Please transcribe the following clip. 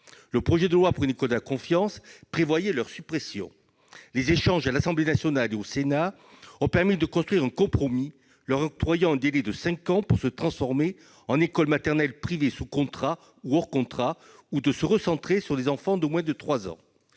Le projet de loi pour une école de la confiance prévoyait leur suppression. Les échanges à l'Assemblée nationale et au Sénat ont permis d'élaborer un compromis leur octroyant un délai de cinq ans pour se transformer en écoles maternelles privées sous contrat ou hors contrat, ou se recentrer sur les enfants de moins de 3 ans.